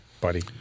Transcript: buddy